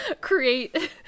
create